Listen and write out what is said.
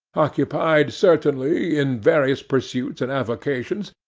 occupied certainly in various pursuits and avocations,